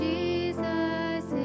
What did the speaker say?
Jesus